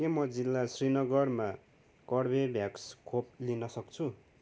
के म जिल्ला श्रीनगरमा कर्बेभ्याक्स खोप लिन सक्छु